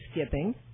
skipping